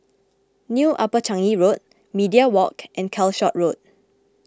New Upper Changi Road Media Walk and Calshot Road